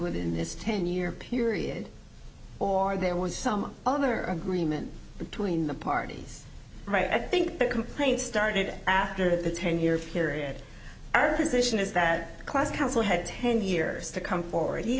within this ten year period or there was some other agreement between the parties right i think the complaint started after the ten year period our position is that class council had ten years to come forward he